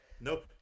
Nope